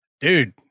Dude